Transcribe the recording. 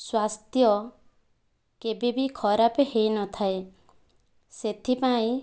ସ୍ୱାସ୍ଥ୍ୟ କେବେ ବି ଖରାପ ହୋଇନଥାଏ ସେଥିପାଇଁ